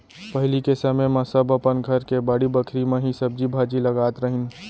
पहिली के समे म सब अपन घर के बाड़ी बखरी म ही सब्जी भाजी लगात रहिन